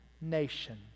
nation